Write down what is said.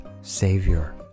Savior